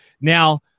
Now